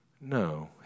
No